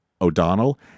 O'Donnell